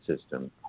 system